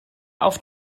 auf